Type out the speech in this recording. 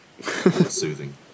Soothing